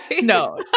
No